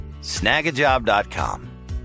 snagajob.com